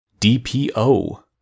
DPO